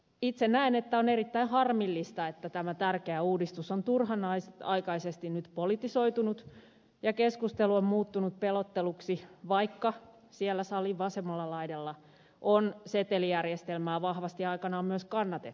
itse näen että on erittäin harmillista että tämä tärkeä uudistus on turhanaikaisesti nyt politisoitunut ja keskustelu on muuttunut pelotteluksi vaikka siellä salin vasemmalla laidalla on setelijärjestelmää vahvasti aikanaan myös kannatettu